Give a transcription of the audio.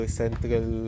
central